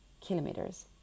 kilometers